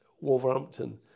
Wolverhampton